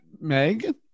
Meg